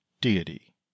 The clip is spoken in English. deity